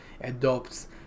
adopts